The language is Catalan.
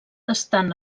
estan